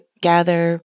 gather